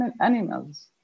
animals